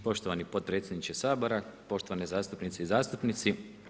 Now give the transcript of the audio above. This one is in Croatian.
Poštovani potpredsjedniče Sabora, poštovane zastupnice i zastupnici.